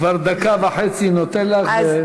אני כבר דקה וחצי נותן לך.